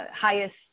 highest